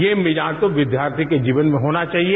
ये मिजाज तो विद्यार्थी के जीवन में होना चाहिए